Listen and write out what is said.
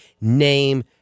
name